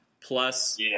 Plus